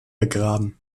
begraben